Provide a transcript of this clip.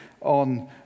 on